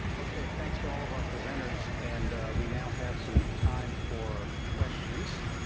okay, thanks to all of our presenters, and we now have some time for questions.